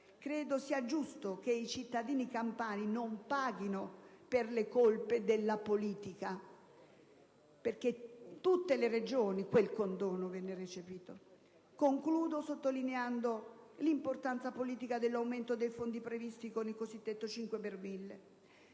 Credo sia giusto che i cittadini campani non paghino per le colpe della politica, perché quel condono venne recepito in tutte le Regioni. Concludo, sottolineando l'importanza politica dell'aumento dei fondi previsti con il cosiddetto 5 per mille,